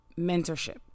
mentorship